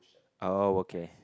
oh okay